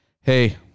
hey